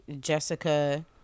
Jessica